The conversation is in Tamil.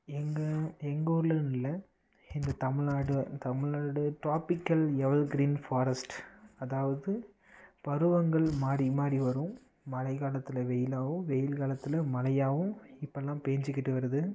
எங்கள் எங்கள் ஊர்லன்னு இல்லை இந்த Tamil Nadu Tamil Nadu tropical evergreen forest அதாவது பருவங்கள் மாறி மாறி வரும் மழை காலத்தில் வெயிலாகவும் வெயில் காலத்தில் மழையாகவும் இப்போல்லாம் பெஞ்சிக்கிட்டு வருது